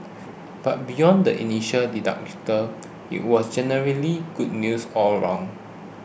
but beyond the initial deductible it was generally good news all round